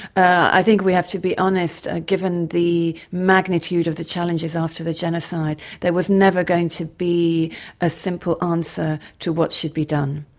i think we have to be honest, ah given the magnitude of the challenges after the genocide there was never going to be a simple ah answer to what should be done.